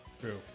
True